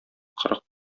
кырык